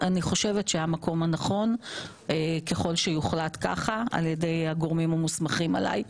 אני חושבת שהמקום הנכון ככל שכך יוחלט על ידי הגורמים המוסמכים עלי,